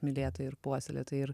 mylėtojai ir puoselėtojai ir